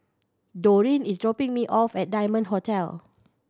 Dorene is dropping me off at Diamond Hotel